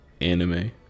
anime